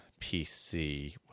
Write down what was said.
PC